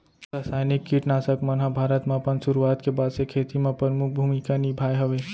रासायनिक किट नाशक मन हा भारत मा अपन सुरुवात के बाद से खेती मा परमुख भूमिका निभाए हवे